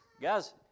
Guys